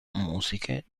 musiche